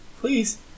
Please